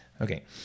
Okay